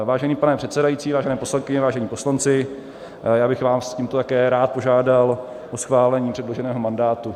Vážený pane předsedající, vážené poslankyně, vážení poslanci, tímto bych vás také rád požádal o schválení předloženého mandátu.